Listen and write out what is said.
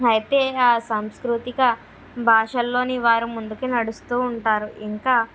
అయితే ఆ సంస్కృతిక భాషల్లోని వారు ముందుకి నడుస్తూ ఉంటారు ఇంకా